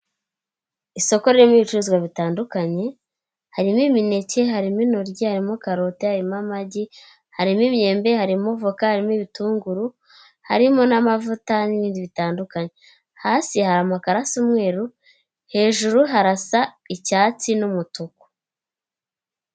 Isoko ririmo ibicuruzwa bitandukanye, harimo imineke, harimo intoryi, harimo karoti, harimo amagi, harimo imyembe, harimo voka, harimo ibitunguru, harimo n'amavuta n'ibindi bitandukanye, hasi hari amakaro asa umweruru, hejuru harasa icyatsi n'umutuku.